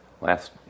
Last